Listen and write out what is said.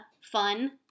Fun